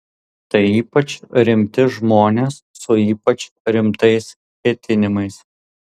tai ypač rimti žmonės su ypač rimtais ketinimais